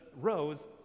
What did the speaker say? rose